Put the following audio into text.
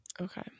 Okay